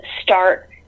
start